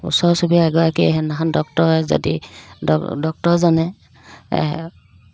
ওচৰ চুবুৰীয়া এগৰাকী সেইদিনাখন ডক্তৰে যদি ডক্তৰজনে